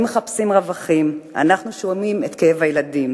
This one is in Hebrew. הם מחפשים רווחים, אנחנו שומעים את כאב הילדים.